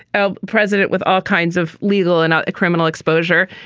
a president with all kinds of legal and criminal exposure.